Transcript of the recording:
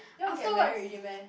you want get married already meh